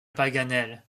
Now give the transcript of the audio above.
paganel